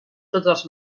totes